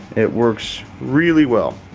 it works really well.